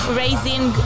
raising